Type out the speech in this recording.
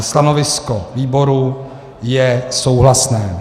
Stanovisko výboru je souhlasné.